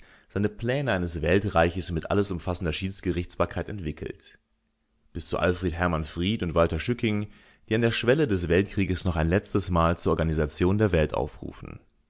seine pläne eines weltreiches mit alles umfassender schiedsgerichtsbarkeit entwickelt bis zu alfred h fried und walter schücking die an der schwelle des weltkrieges noch ein letztes mal zur organisation der welt aufrufen